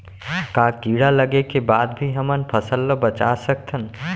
का कीड़ा लगे के बाद भी हमन फसल ल बचा सकथन?